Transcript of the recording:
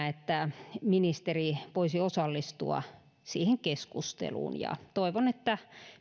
että ministeri voisi osallistua siihen keskusteluun toivon että